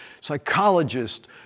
psychologist